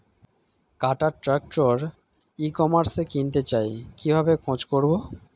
কাটার tractor ই কমার্সে কিনতে চাই কিভাবে খোঁজ করো?